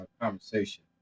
conversation